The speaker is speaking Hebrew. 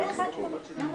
התייעצות סיעתית.